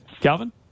Calvin